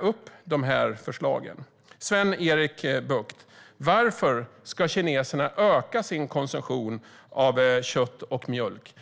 upp de förslagen? Varför, Sven-Erik Bucht, ska kineserna öka sin konsumtion av kött och mjölk?